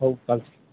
हो चालेल